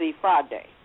Friday